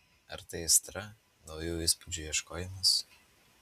ar tai aistra naujų įspūdžių ieškojimas